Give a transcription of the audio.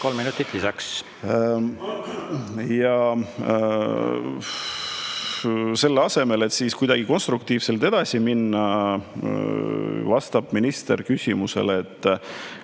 Selle asemel, et kuidagi konstruktiivselt edasi minna, vastab minister küsimusele, et